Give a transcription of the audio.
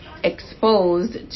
exposed